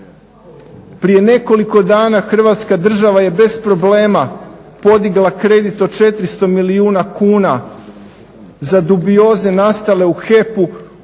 Prije nekoliko dana Hrvatska država je bez problema podigla kredit od 400 milijuna kuna za dubioze nastale u HEP-u